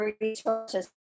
resources